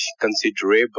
considerable